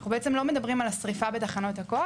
אנחנו בעצם לא מדברים על השריפה בתחנות הכוח,